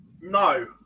No